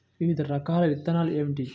వివిధ రకాల విత్తనాలు ఏమిటి?